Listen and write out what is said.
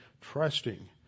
trusting